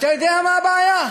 אתה יודע מה הבעיה?